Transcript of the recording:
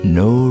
no